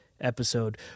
episode